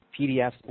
PDFs